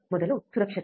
ಮೊದಲು ಸುರಕ್ಷತೆ